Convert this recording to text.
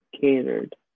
catered